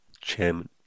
chairman